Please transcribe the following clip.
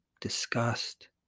disgust